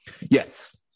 Yes